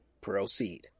Proceed